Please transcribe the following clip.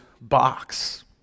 box